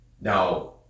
Now